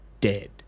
dead